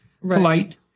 polite